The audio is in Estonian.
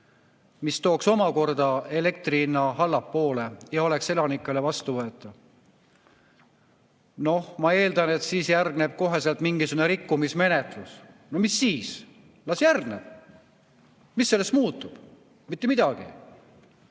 mis tooks omakorda elektri hinna allapoole ja oleks elanikele vastuvõetav. Ma eeldan, et siis järgneb kohe mingisugune rikkumismenetlus. No mis siis? Las järgneb! Mis sellest muutub? Mitte midagi. Tuletan